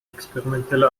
experimentelle